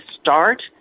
start